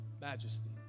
majesty